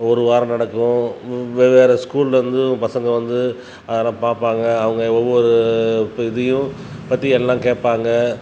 ஒரு வாரம் நடக்கும் வெவ்வேறு ஸ்கூலிருந்து பசங்கள் வந்து அவரை பார்ப்பாங்க அவங்க ஒவ்வொரு இதையும் பற்றி எல்லாம் கேட்பாங்க